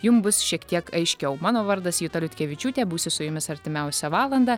jum bus šiek tiek aiškiau mano vardas juta liutkevičiūtė būsiu su jumis artimiausią valandą